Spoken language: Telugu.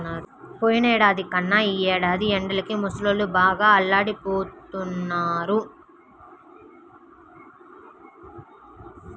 పోయినేడాది కన్నా ఈ ఏడాది ఎండలకి ముసలోళ్ళు బాగా అల్లాడిపోతన్నారు